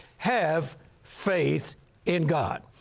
have faith in god.